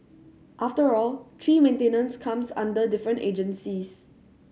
after all tree maintenance comes under different agencies